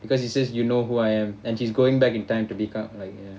because he says you know who I am and she's going back in time to pick up like ya